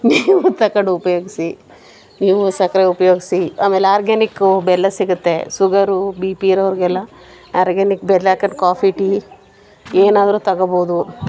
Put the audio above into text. ನೀವೂ ತಕೊಂಡ್ ಉಪ್ಯೋಗ್ಸಿ ನೀವೂ ಸಕ್ರೆ ಉಪ್ಯೋಗ್ಸಿ ಆಮೇಲೆ ಆರ್ಗ್ಯನಿಕ್ಕು ಬೆಲ್ಲ ಸಿಗುತ್ತೆ ಸುಗರು ಬಿಪಿ ಇರೋರಿಗೆಲ್ಲ ಆರ್ಗ್ಯನಿಕ್ ಬೆಲ್ಲ ಹಾಕೊಂಡು ಕಾಫಿ ಟೀ ಏನಾದರೂ ತಗೊಳ್ಬೋದು